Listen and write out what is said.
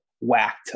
whacked